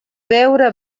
veure